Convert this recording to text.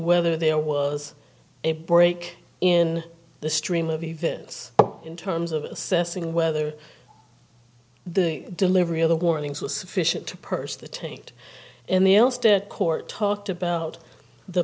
whether there was a break in the stream of events in terms of assessing whether the delivery of the warnings was sufficient to purse the taint in the else the court talked